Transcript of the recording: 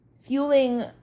Fueling